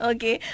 Okay